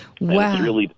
Wow